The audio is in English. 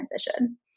transition